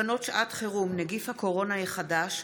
תקנות שעות חירום (נגיף הקורונה החדש,